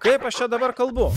kaip aš čia dabar kalbu